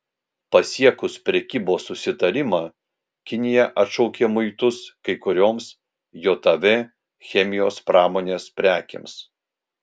pasiekus prekybos susitarimą kinija atšaukė muitus kai kurioms jav chemijos pramonės prekėms